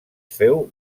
féu